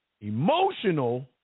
Emotional